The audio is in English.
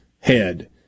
Head